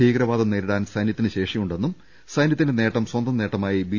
ഭീകരവാദം നേരിടാൻ സൈന്യത്തിന് ശേഷിയുണ്ടെന്നും സൈന്യ ത്തിന്റെ നേട്ടം സ്വന്തം നേട്ടമായി ബി